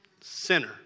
Sinner